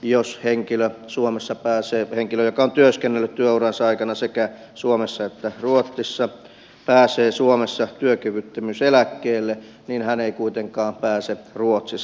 jos henkilö joka on työskennellyt työuransa aikana sekä suomessa että ruotsissa pääsee suomessa työkyvyttömyyseläkkeelle niin hän ei kuitenkaan pääse ruotsissa